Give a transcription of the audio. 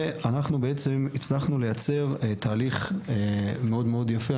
ואנחנו בעצם הצלחנו לייצר תהליך מאוד מאוד יפה,